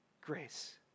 grace